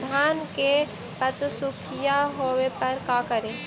धान मे पत्सुखीया होबे पर का करि?